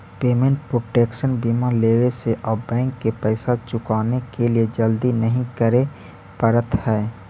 payment protection बीमा लेवे से आप बैंक के पैसा चुकाने के लिए जल्दी नहीं करे पड़त हई